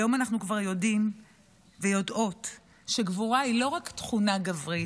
היום אנחנו כבר יודעים ויודעות שגבורה היא לא רק תכונה גברית,